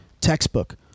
Textbook